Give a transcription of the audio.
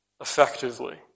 effectively